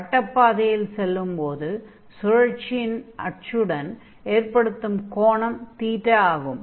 வட்டப் பாதையில் செல்லும்போது சுழற்சியின் அச்சுடன் ஏற்படுத்தும் கோணம் ஆகும்